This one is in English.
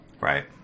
Right